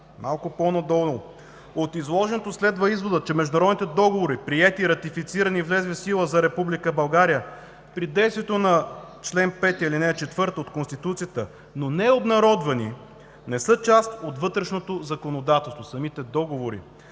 Малко по надолу: „От изложеното следва изводът, че международните договори, приети, ратифицирани и влезли в сила за Република България при действието на чл. 5, ал. 4 от Конституцията, но необнародвани, не са част от вътрешното законодателство – самите договори.“